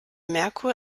merkur